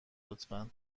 لطفا